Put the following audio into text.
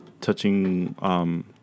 touching